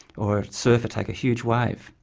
or a surfer take a huge wave.